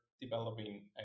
developing